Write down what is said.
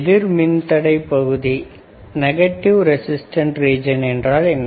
எதிர் மின் தடை பகுதி என்றால் என்ன